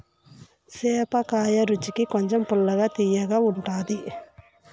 సేపకాయ రుచికి కొంచెం పుల్లగా, తియ్యగా ఉంటాది